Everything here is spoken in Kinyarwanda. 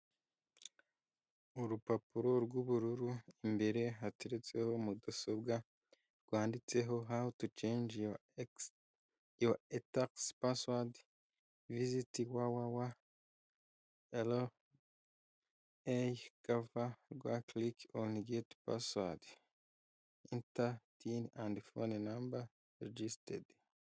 Urupapuro rw'ubururu imbere hateretseho mudasobwa, rwanditseho how to change your E-tax password visit www. rra.gov. rw, click on get password inter tin, and phone number registed.